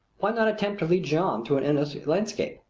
why not attempt to lead jeanne through an inness landscape?